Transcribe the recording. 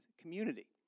community